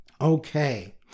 Okay